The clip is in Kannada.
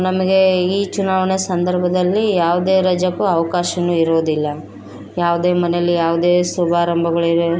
ನಮಗೆ ಈ ಚುನಾವಣೆ ಸಂದರ್ಭದಲ್ಲಿ ಯಾವುದೇ ರಜೆಕ್ಕು ಅವಕಾಶನು ಇರೋದಿಲ್ಲ ಯಾವುದೇ ಮನೆಲ್ಲಿ ಯಾವುದೇ ಶುಭಾರಂಭಗಳಿಗೆ